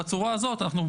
בצורה הזאת אנחנו,